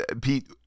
Pete